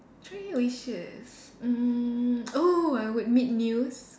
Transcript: three wishes mm oh I would meet news